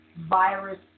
virus